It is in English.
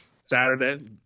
Saturday